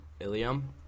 Ilium